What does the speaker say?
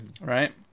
right